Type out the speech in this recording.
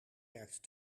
werkt